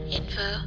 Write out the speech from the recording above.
info